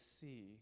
see